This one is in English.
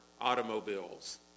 automobiles